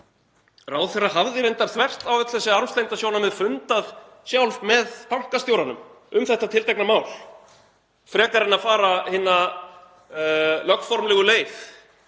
ráðherra hafði þvert á öll þessi armslengdarsjónarmið fundað sjálf með bankastjóranum um þetta tiltekna mál frekar en að fara hina lögformlegu leið